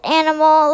animal